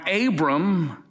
Abram